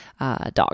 dog